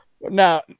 Now